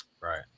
Right